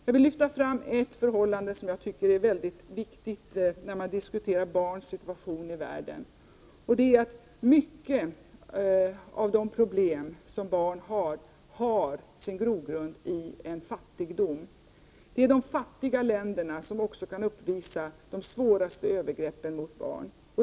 Jag vill lyfta fram ett förhållande som jag tycker är mycket viktigt när man diskuterar barns situation i världen, nämligen att mycket av de problem som barn har har sin grogrund i fattigdom. Det är de fattiga länderna som också kan uppvisa de svåraste övergreppen mot barn.